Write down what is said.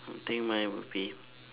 think mine would be